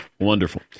Wonderful